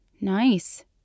Nice